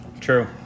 True